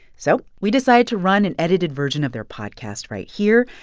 so we decided to run an edited version of their podcast right here.